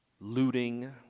looting